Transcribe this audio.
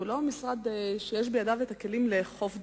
הוא לא המשרד שיש בידיו הכלים לאכוף דברים,